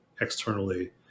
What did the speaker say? externally